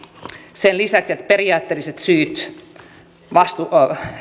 sen lisäksi että periaatteelliset syyt